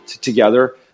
together